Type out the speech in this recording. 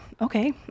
okay